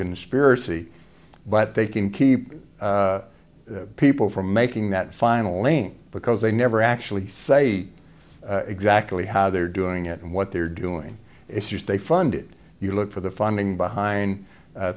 conspiracy but they can keep people from making that final aim because they never actually say exactly how they're doing it and what they're doing if you stay funded you look for the funding behind